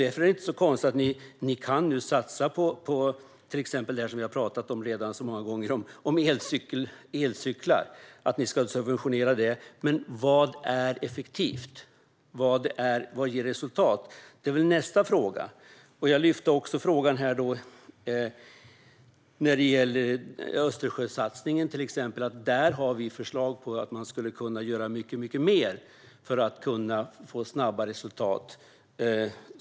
Därför är det inte så konstigt att ni nu kan satsa på till exempel subventioner för elcyklar, som vi redan har talat så många gånger om. Nästa fråga måste vara: Vad är effektivt och vad ger resultat? Jag tog också upp Östersjösatsningen. Vi har där förslag på att man kan göra mycket mer för att få snabba resultat.